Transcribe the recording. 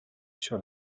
sur